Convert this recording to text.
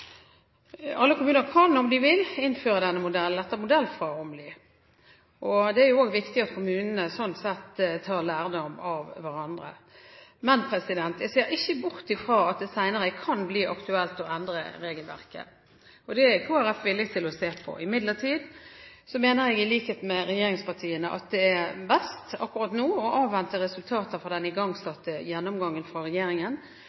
Alle kommuner kan, om de vil, innføre dette etter modell fra Åmli, og det er jo også viktig at kommunene slik tar lærdom av hverandre. Men jeg ser ikke bort fra at det senere kan bli aktuelt å endre regelverket – det er Kristelig Folkeparti villig til å se på. Imidlertid mener jeg, i likhet med regjeringspartiene, at det akkurat nå er best å avvente resultater fra den igangsatte gjennomgangen fra regjeringen,